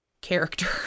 character